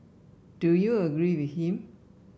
do you agree with him